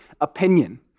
opinion